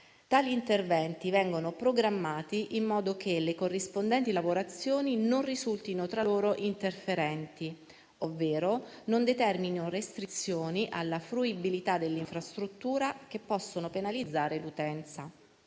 Tali interventi vengono programmati in modo che le corrispondenti lavorazioni non risultino tra loro interferenti ovvero non determinino restrizioni alla fruibilità dell'infrastruttura che possono penalizzare l'utenza.